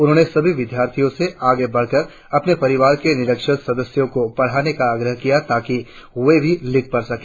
उन्होंने सभी विद्यार्थियो से आगे बढ़कर अपने परिवार के निरक्षर सदस्यों को पढ़ाने का आग्रह किया ताकि वे भी लिख पढ़ सके